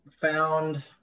found